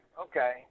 Okay